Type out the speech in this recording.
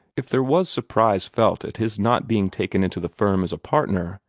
if there was surprise felt at his not being taken into the firm as a partner,